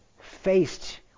faced